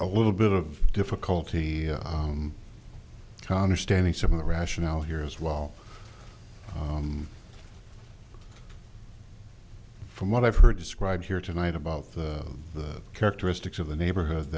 a little bit of difficulty conor stanley some of the rationale here as well from what i've heard described here tonight about the the characteristics of the neighborhood